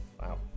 Wow